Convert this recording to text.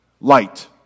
Light